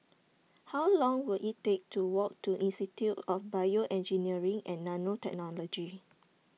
How Long Will IT Take to Walk to Institute of Bioengineering and Nanotechnology